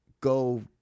go